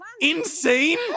insane